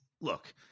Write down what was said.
look